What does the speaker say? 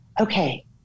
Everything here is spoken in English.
okay